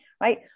right